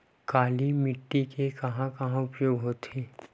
काली माटी के कहां कहा उपयोग होथे?